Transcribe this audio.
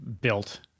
built